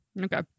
okay